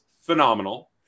phenomenal